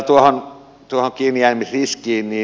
vielä tuohon kiinnijäämisriskiin